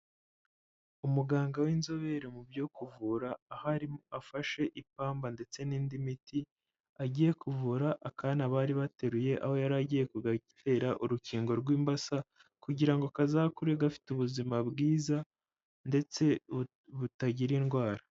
Umuganga w'inzobere mu byo kuvura ahari afashe ipamba, ndetse n'indi miti, agiye kuvura akana bari bateruye, aho yari agiye kugatera urukingo rw'imbasa, kugira ngo kazakure gafite ubuzima bwiza ndetse butagira indwara.